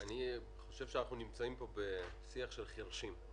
אני חושב שאנחנו נמצאים פה בשיח של חירשים.